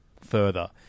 further